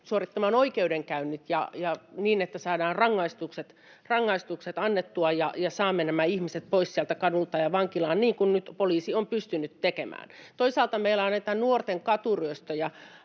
suorittamaan oikeudenkäynnit niin, että saadaan rangaistukset annettua ja saamme nämä ihmiset pois kadulta ja vankilaan, niin kuin nyt poliisi on pystynyt tekemään. Toisaalta meillä on näitä nuorten katuryöstöjä,